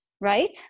Right